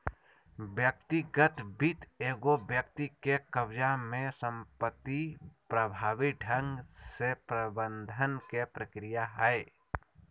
व्यक्तिगत वित्त एगो व्यक्ति के कब्ज़ा में संपत्ति प्रभावी ढंग से प्रबंधन के प्रक्रिया हइ